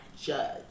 judge